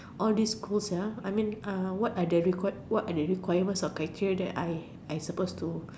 all this cool sia I mean uh what're the requirements what're the requirements of criteria that I I supposed to